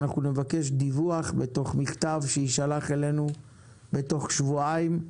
אנחנו נבקש דיווח בתוך מכתב שיישלח אלינו בתוך שבועיים.